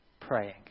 praying